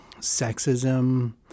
sexism